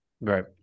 Right